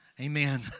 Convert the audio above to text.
Amen